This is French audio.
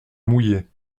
mouillés